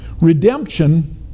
Redemption